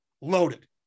loaded